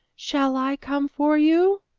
shall i come for you?